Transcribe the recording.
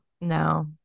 No